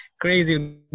crazy